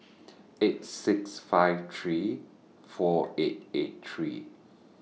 eight six five three four eight eight three